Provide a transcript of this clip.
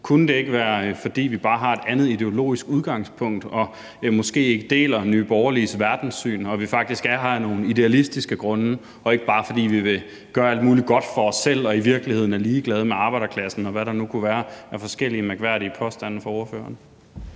Kunne det ikke være, fordi vi bare har et andet ideologisk udgangspunkt og måske ikke deler Nye Borgerliges verdenssyn, og at vi faktisk er her af nogle idealistiske grunde, og ikke bare fordi vi vil gøre alt muligt godt for os selv og i virkeligheden er ligeglade med arbejderklassen, og hvad der nu kunne være af forskellige mærkværdige påstande fra ordføreren?